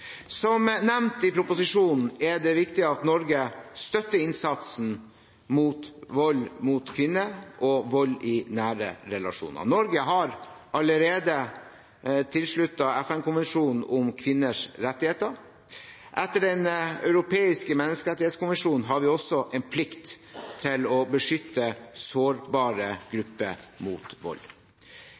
Som nevnt i proposisjonen er det viktig at Norge støtter innsatsen mot vold mot kvinner og vold i nære relasjoner. Norge har allerede sluttet seg til FN-konvensjonen om kvinners rettigheter. Etter Den europeiske menneskerettskonvensjonen har vi også en plikt til å beskytte sårbare grupper mot vold.